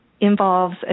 involves